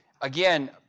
again